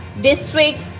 district